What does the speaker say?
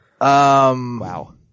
Wow